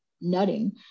nutting